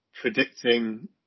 predicting